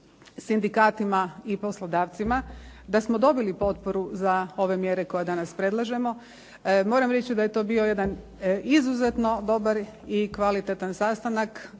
sindikatima i poslodavcima, da smo dobili potporu za ove mjere koje danas predlažemo. Moram reći da je to bio jedan izuzetno dobar i kvalitetan sastanak